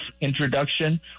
introduction